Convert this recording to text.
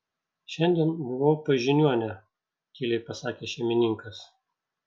šiandien buvau pas žiniuonę tyliai pasakė šeimininkas